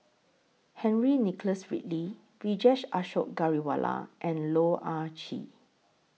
Henry Nicholas Ridley Vijesh Ashok Ghariwala and Loh Ah Chee